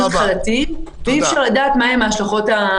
התחלתיים ואי אפשר לדעת מה הן השלכות הרוחב.